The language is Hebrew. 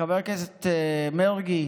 חבר הכנסת מרגי,